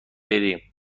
بریم